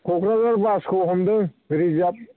क'क्राझार बासखौ हमदों रिजाब